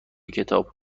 کتاب